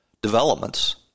developments